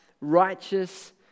righteous